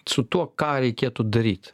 su tuo ką reikėtų daryt